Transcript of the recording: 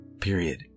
period